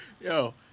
Yo